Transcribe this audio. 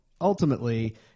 Ultimately